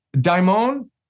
daimon